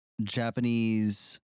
japanese